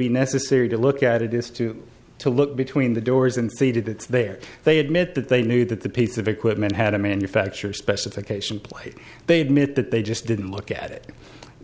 be necessary to look at it is to to look between the doors and see did it's there they admit that they knew that the piece of equipment had a manufacture specification plate they admit that they just didn't look at it